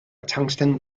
tungsten